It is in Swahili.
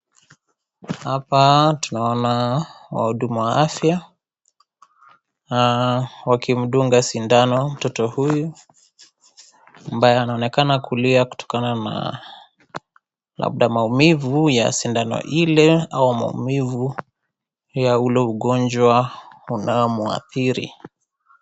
Hapa tunaona wahudumu wa afya, wakimdunga sindano mtoto huyu, ambaye anaonekana kulia kutokana na, labda maumivu ya sindano ile au maumivu ya ule ugonjwa unaomwadhiri.